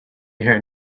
here